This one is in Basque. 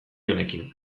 honekin